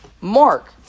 mark